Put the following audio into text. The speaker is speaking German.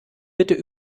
bitte